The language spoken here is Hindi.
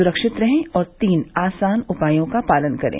सुरक्षित रहें और तीन आसान उपायों का पालन करें